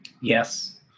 yes